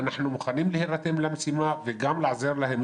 אנחנו מוכנים להירתם למשימה ולעזור להם.